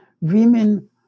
Women